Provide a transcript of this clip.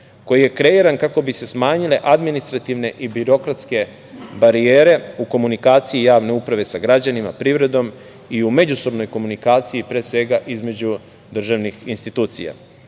koji je kreiran, kako bi se smanjile administrativne i birokratske barijere u komunikaciji javne uprave sa građanima, privredom, i u međusobnoj komunikaciji između, pre svega, državnih institucija. Realizacijom